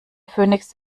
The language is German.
phönix